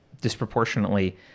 disproportionately